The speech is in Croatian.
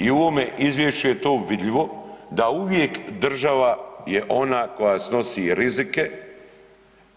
I u ovom izvješću je to vidljivo da uvijek država je ona koja snosi rizike